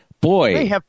boy